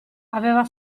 aveva